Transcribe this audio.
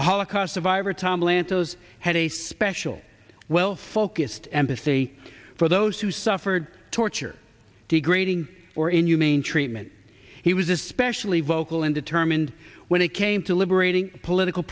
holocaust survivor tom lantos had a special well focused empathy for those who suffered torture degrading or in your main treatment he was especially vocal and determined when it came to liberating political